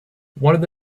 one